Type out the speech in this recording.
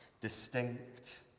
distinct